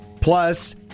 Plus